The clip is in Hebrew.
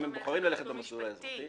אם הם בוחרים ללכת במסלול האזרחי,